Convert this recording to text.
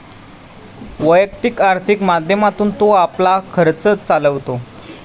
वैयक्तिक आर्थिक माध्यमातून तो आपला खर्च चालवतो